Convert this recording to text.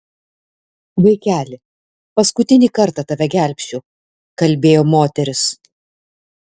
vaikeli paskutinį kartą tave gelbsčiu kalbėjo moteris